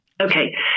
Okay